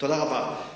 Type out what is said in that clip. תודה רבה.